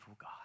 God